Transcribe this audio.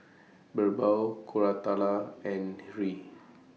Birbal Koratala and Hri